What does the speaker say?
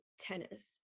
tennis